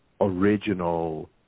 Original